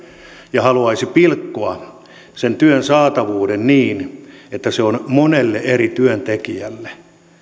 ja haluaisi pilkkoa sen työn saatavuuden niin että se on monelle eri työntekijälle